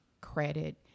credit